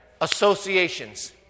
Associations